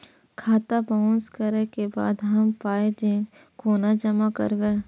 खाता बाउंस करै के बाद हम पाय कोना जमा करबै?